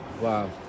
wow